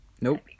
Nope